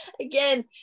again